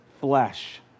flesh